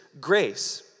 grace